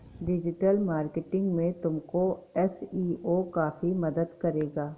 digital marketing में तुमको SEO काफी मदद करेगा